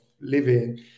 living